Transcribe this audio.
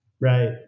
Right